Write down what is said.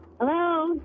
Hello